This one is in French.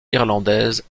irlandaise